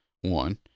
one